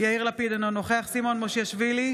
יאיר לפיד, אינו נוכח סימון מושיאשוילי,